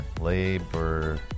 Labor